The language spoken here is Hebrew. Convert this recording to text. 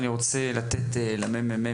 אני רוצה לתת את הדיבור לממ"מ,